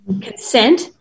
consent